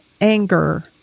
anger